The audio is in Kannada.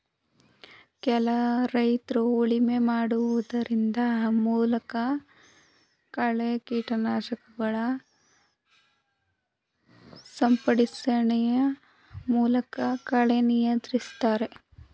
ಕೆಲ ರೈತ್ರು ಉಳುಮೆ ಮಾಡಿಸುವುದರ ಮೂಲಕ, ಕಳೆ ಕೀಟನಾಶಕಗಳ ಸಿಂಪಡಣೆಯ ಮೂಲಕ ಕಳೆ ನಿಯಂತ್ರಿಸ್ತರೆ